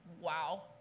Wow